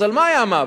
אז על מה היה המאבק?